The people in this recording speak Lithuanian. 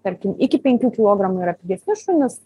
tarkim iki penkių kilogramų yra pigesni šunys